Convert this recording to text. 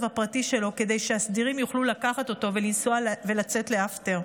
הפרטי שלו כדי שהסדירים יוכלו לקחת אותו ולנסוע ולצאת לאפטר.